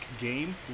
game